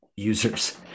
users